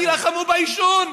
תילחמו בעישון,